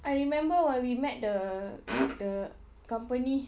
I remember while we met the the company